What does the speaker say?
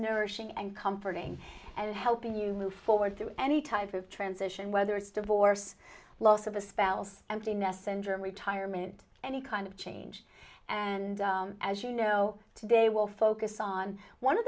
nourishing and comforting and helping you move forward through any type of transition whether it's divorce loss of a spell's empty nest syndrome retirement any kind of change and as you know today will focus on one of